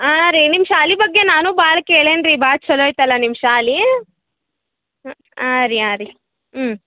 ಹಾಂ ರೀ ನಿಮ್ಮ ಶಾಲೆ ಬಗ್ಗೆ ನಾನು ಭಾಳ್ ಕೇಳ್ಯನ ರೀ ಭಾಳ್ ಚಲೋ ಐತ ಲಾ ನಿಮ್ಮ ಶಾಲೆ ಹಾಂ ರೀ ಹಾಂ ರೀ ಹ್ಞೂ